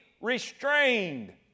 restrained